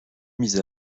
mise